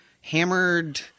hammered